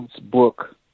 book